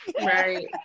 right